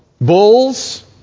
Bulls